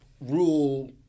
rule